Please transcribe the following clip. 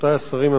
רבותי השרים,